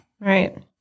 Right